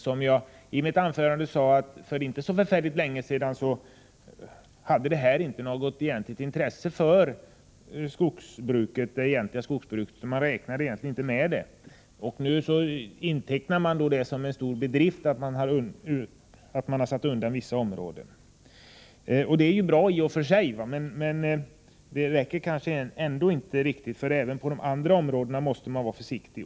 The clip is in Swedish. Jag sade i mitt anförande att för inte så förfärligt länge sedan hade dessa marker inte något intresse för det egentliga skogsbruket, och man räknade knappast med det. Nu intecknar man det som en stor bedrift att man har satt undan vissa områden. Det är ju bra i och för sig, men det räcker kanske ändå inte riktigt, för även på de områden som inte avsatts måste man vara försiktig.